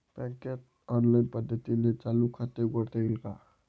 बँकेत ऑनलाईन पद्धतीने चालू खाते उघडता येईल का?